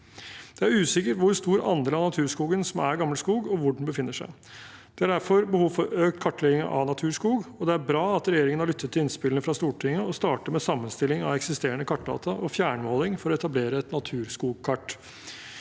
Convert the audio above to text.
Det er usikkert hvor stor andel av naturskogen som er gammelskog, og hvor den befinner seg. Det er derfor behov for økt kartlegging av naturskog, og det er bra at regjeringen har lyttet til innspillene fra Stortinget og starter med sammenstilling av eksisterende kartdata og fjernmåling for å etablere et naturskogkart.